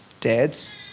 dads